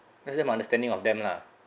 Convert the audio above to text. that's damn understanding of them lah